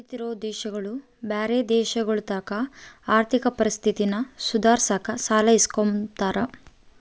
ಬೆಳಿತಿರೋ ದೇಶಗುಳು ಬ್ಯಾರೆ ದೇಶಗುಳತಾಕ ಆರ್ಥಿಕ ಪರಿಸ್ಥಿತಿನ ಸುಧಾರ್ಸಾಕ ಸಾಲ ಇಸ್ಕಂಬ್ತಾರ